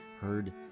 heard